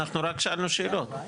למה לא תעודת מעבר?